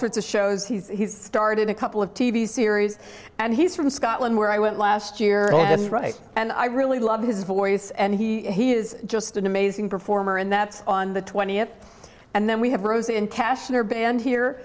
sorts of shows he started a couple of t v series and he's from scotland where i went last that's right and i really love his voice and he is just an amazing performer and that's on the twentieth and then we have rose in cash in our band here